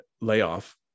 layoff